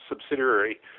subsidiary